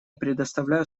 предоставляю